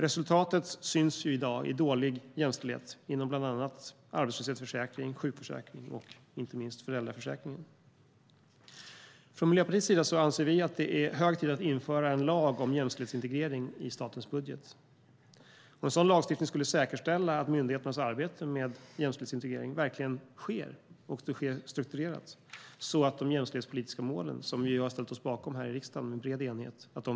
Resultatet syns i dag i dålig jämställdhet inom bland annat arbetslöshetsförsäkringen, sjukförsäkringen och inte minst föräldraförsäkringen. Från Miljöpartiets sida anser vi att det är hög tid att införa en lag om jämställdhetsintegrering i statens budget. En sådan lagstiftning skulle säkerställa att myndigheternas arbete med jämställdhetsintegrering verkligen sker och att det sker strukturerat så att de jämställdhetspolitiska målen kan nås. Dessa mål har vi ställt oss bakom här i riksdagen med bred enighet.